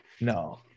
No